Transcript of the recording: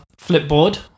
Flipboard